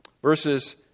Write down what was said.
Verses